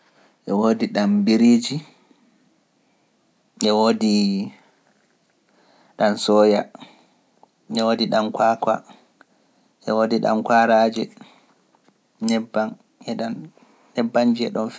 E woodi ɗam biriji, e woodi ɗam soya, e woodi ɗam kwakwa, e woodi ɗam kwaraaje, nebbam e ɗam nebbamji e ɗam fe.